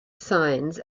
signs